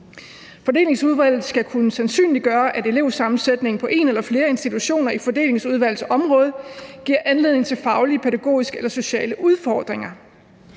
Fordelingsudvalget skal kunne sandsynliggøre, at elevsammensætningen på en eller flere institutioner i fordelingsudvalgets område giver anledning til faglige, pædagogiske eller sociale udfordringer.